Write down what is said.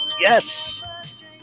yes